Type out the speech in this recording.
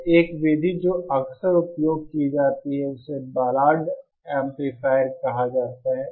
तो एक विधि जो अक्सर उपयोग की जाती है उसे बॉलार्ड एम्पलीफायर कहा जाता है